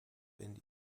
india